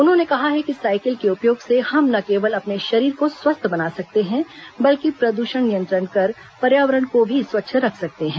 उन्होंने कहा है कि साइकिल के उपयोग से हम न केवल अपने शरीर को स्वस्थ बना सकते हैं बल्कि प्रद्षण नियंत्रण करके पर्यावरण को भी स्वच्छ रख सकते हैं